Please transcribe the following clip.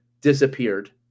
disappeared